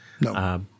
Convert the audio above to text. No